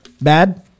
bad